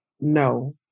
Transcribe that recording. no